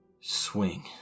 swing